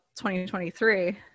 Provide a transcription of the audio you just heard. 2023